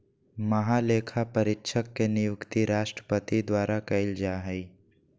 महालेखापरीक्षक के नियुक्ति राष्ट्रपति द्वारा कइल जा हइ